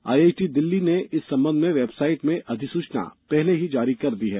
IIT Delhi ने इस संबंध में वेबसाइट में अधिसूचना पहले ही जारी कर दी है